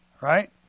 Right